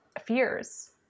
fears